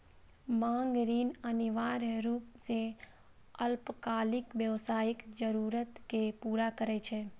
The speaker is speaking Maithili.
मांग ऋण अनिवार्य रूप सं अल्पकालिक व्यावसायिक जरूरत कें पूरा करै छै